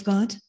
God